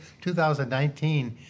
2019